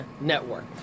Network